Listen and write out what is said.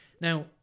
Now